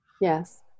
Yes